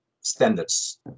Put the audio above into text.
standards